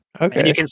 Okay